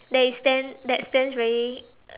that is stand that stands very